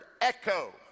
echo